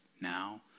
now